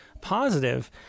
positive